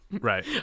right